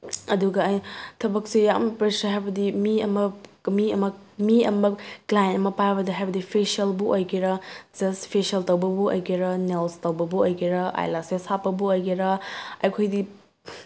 ꯑꯗꯨꯒ ꯊꯕꯛꯁꯤ ꯌꯥꯝ ꯄ꯭ꯔꯦꯁꯔ ꯍꯥꯏꯕꯗꯤ ꯃꯤ ꯑꯃ ꯃꯤ ꯑꯃ ꯃꯤ ꯑꯃ ꯀ꯭ꯂꯥꯏꯟ ꯑꯃ ꯄꯥꯏꯕꯗ ꯍꯥꯏꯕꯗꯤ ꯐꯦꯁꯤꯌꯦꯜꯕꯨ ꯑꯣꯏꯒꯦꯔ ꯖꯁ ꯐꯦꯁꯤꯌꯦꯜ ꯇꯧꯕꯕꯨ ꯑꯣꯏꯒꯦꯔ ꯅꯦꯜꯁ ꯇꯧꯕꯕꯨ ꯑꯣꯏꯒꯦꯔ ꯑꯥꯏ ꯂꯥꯁꯦꯁ ꯍꯥꯞꯄꯕꯨ ꯑꯣꯏꯒꯦꯔ ꯑꯩꯈꯣꯏꯗꯤ